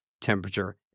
temperature